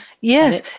Yes